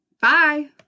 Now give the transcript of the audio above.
Bye